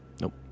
Nope